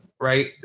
right